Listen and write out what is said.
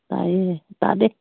ꯇꯥꯏꯌꯦ ꯇꯥꯗꯦ